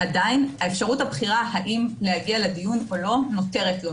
אפשרות הבחירה האם להגיע לדיון או לא - נותרת לו.